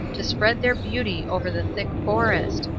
to spread their beauty over the thick forest,